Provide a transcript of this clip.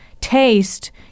taste